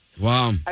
Wow